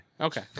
Okay